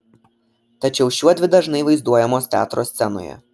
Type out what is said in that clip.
tačiau šiuodvi dažnai vaizduojamos teatro scenoje